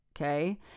okay